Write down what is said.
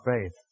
faith